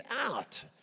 out